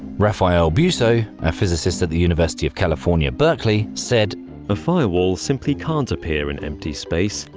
raphael bousso, a physicist at the university of california, berkeley, said a firewall simply can't appear in empty space,